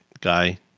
guy